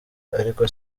ariko